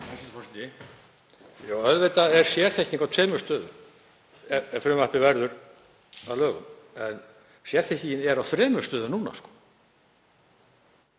er sérþekking á tveimur stöðum ef frumvarpið verður að lögum, en sérþekkingin er á þremur stöðum núna;